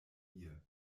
ihr